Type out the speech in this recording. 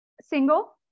single